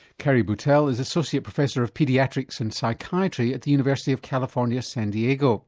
kerry boutelle is associate professor of paediatrics and psychiatry at the university of california, san diego